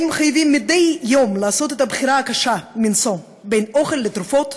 חייבים מדי יום לעשות את הבחירה הקשה מנשוא בין אוכל לתרופות,